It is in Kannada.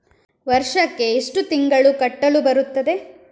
ವರ್ಷಕ್ಕೆ ಎಷ್ಟು ತಿಂಗಳು ಕಟ್ಟಲು ಬರುತ್ತದೆ?